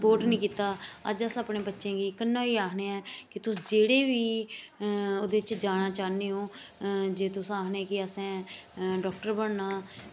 support निं कीता अज अस अपने बच्चें गी कन्नै होइयै आक्खने आं की तुस जेह्ड़े बी ओह्दे च जाना चाह्ने ओ जे तुस आक्खने कि असें डॉक्टर बनना